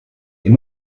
noch